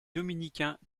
dominicains